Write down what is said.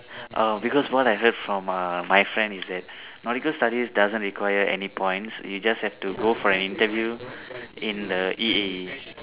uh because what I heard from uh my friend is that nautical studies doesn't require any points you just have to go for an interview in the E_E